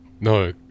No